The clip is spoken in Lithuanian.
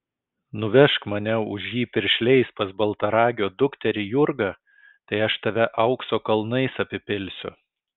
nuvežk mane už jį piršliais pas baltaragio dukterį jurgą tai aš tave aukso kalnais apipilsiu